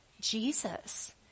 Jesus